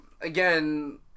again